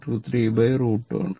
23 √ 2 ആണ്